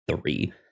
three